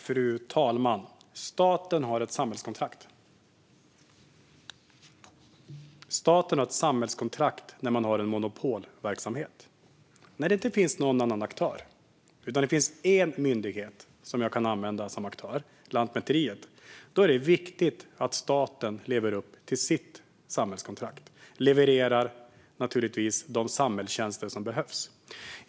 Fru talman! Staten har ett samhällskontrakt när den har en monopolverksamhet. När det inte finns någon annan aktör - när det finns en myndighet, Lantmäteriet, som man kan använda som aktör - är det viktigt att staten lever upp till sitt samhällskontrakt och levererar de samhällstjänster som behövs.